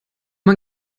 man